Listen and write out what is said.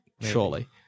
surely